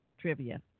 trivia